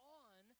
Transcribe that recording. on